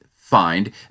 find